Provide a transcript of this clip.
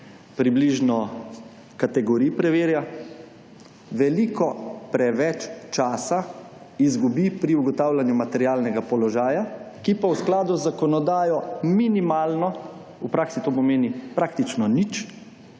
približno kategorij preverja, veliko preveč časa izgubi pri ugotavljanju materialnega položaja, ki pa v skladu z zakonodajo minimalno, v praksi to pomeni praktično nič,